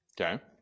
Okay